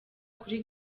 kuri